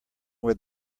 where